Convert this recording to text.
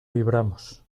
libramos